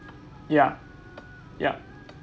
yup yup